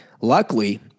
Luckily